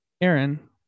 Aaron